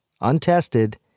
untested